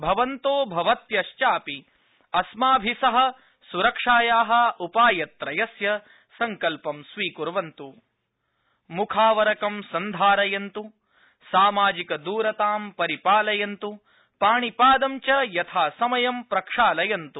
भवन्तोऽपि अस्माभि सह सुरक्षाया उपाय त्रयस्य सङ्कल्प स्वीकुर्वन्तु मुखावरकं सन्धारयन्तु सामाजिक दूरतां परिपालयन्तु पाणिपादं च यथासमयं प्रक्षालयन्तु